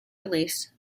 released